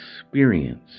Experience